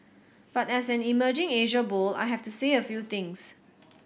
but as an emerging Asia bull I have to say a few things